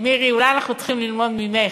מירי, אולי אנחנו צריכים ללמוד ממך.